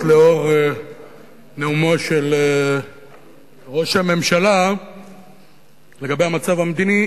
לאור נאומו של ראש הממשלה לגבי המצב המדיני,